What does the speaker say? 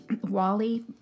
wally